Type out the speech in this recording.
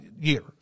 year